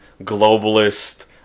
globalist